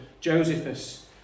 Josephus